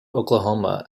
oklahoma